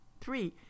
three